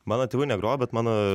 mano tėvai negrojo bet mano